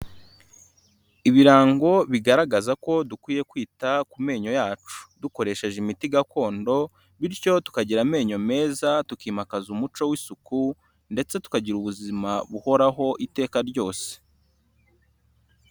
Ibirango bigaragaza ko dukwiye kwita ku menyo yacu dukoresheje imiti gakondo, bityo tukagira amenyo meza, tukimakaza umuco w'isuku ndetse tukagira ubuzima buhoraho iteka ryose.